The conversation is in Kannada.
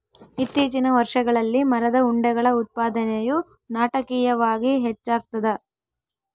ಇತ್ತೀಚಿನ ವರ್ಷಗಳಲ್ಲಿ ಮರದ ಉಂಡೆಗಳ ಉತ್ಪಾದನೆಯು ನಾಟಕೀಯವಾಗಿ ಹೆಚ್ಚಾಗ್ತದ